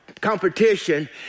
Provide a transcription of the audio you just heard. competition